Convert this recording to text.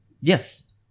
Yes